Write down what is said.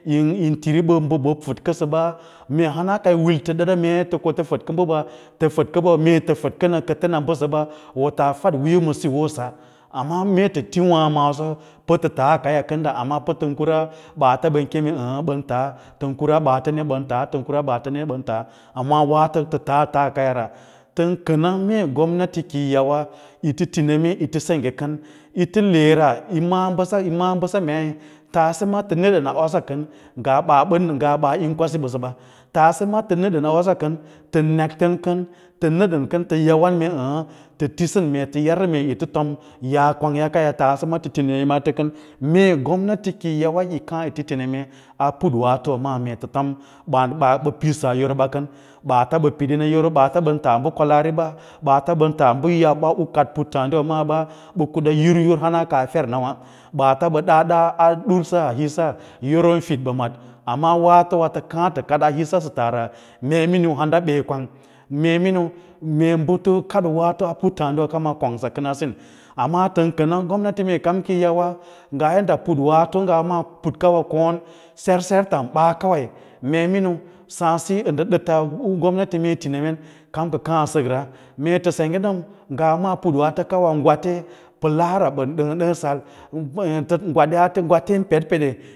Yin tiri bə, bə ɓən fəd kə ba mee hana ka yi wil tə ɗəɗa mee kotə fədkə ɓəɓa tə fədkə ɓəɓa domin mee tə fəd kə nə kə fə na mbəsəba wo taa fad wiiyo ma siyosa amma mee tə ti waã maaso pətə taa kaya kənda amma tən kwaa ɓaata ɓan kene əə̃ ɓən taa, tən kura ɓaatsni ɓan taa, tən kuma ɓaataei ɓan taa, amma waato tə taa kaakəra, tən kəna mee gomnati kiyi yawa yi tə tineme yi tə sengge kən yi tə le ra yi maꞌâ yi maꞌâ bəsa mei tase ma tə a osa kən ngaa baa bə nəd nga ba yín kwasi ɓəsə ɓa, tase ma tə nəɗəna osa kən tə nektəm kən tə nədən kən tə yawam mee əə̃ tə tisə mee tə yarə mee yi tə tom ya kwangya kaya, tase ma tə ti nemen bata kən, mee gomnati kiyi yawa yi kaã yi tə tom ban bə pidsa yoro ba kən, ɓaata ɓə pidin a yoro ɓaata ɓən taa bə kwəaari ɓam ɓaata ɓən taa bə yabba bəm kaɗ puttǎǎdiwa maaɓa ɓa kida yar yur hana ka a fer nawa ɓaata ɓa dada a dursa a hisa yoro yin fid ɓə maɗ, amma waatowa tə kaã to kaɗaa hissjəta ra mee miniu handa ɓe kwang, mee miniu, mee kaɗo waato a puttǎǎdiwa kawa kongsa kən a siu, amma tən kəna gomnati mee kam kiyi yawa nga yaɗda putwaato ngawa maa put kawa kôōn sersertar ɓaa kawai mee miniu sǎǎd siyo ə ndə ɗəta u gomnati mee tə sengge mete senggen ga maa putwa awa gwate pəlaara bən də’ən də sal ən ɗətə gwatyaate gwaten pedpede.